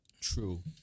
True